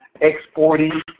exporting